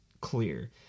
clear